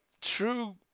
true